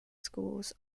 schools